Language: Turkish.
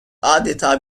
adeta